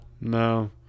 No